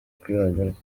kwibagirwa